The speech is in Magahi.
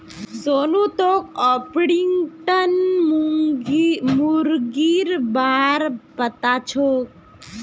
सोनू तोक ऑर्पिंगटन मुर्गीर बा र पता छोक